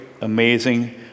amazing